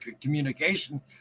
communication